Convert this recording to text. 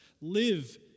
Live